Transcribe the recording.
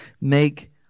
make